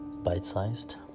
bite-sized